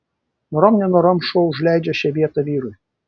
norom nenorom šuo užleidžia šią vietą vyrui